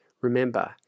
Remember